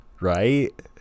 Right